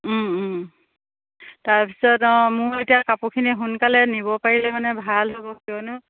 তাৰপিছত অঁ মোৰ এতিয়া কাপোৰখিনি সোনকালে নিব পাৰিলে মানে ভাল হ'ব কিয়নো